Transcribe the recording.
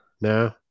No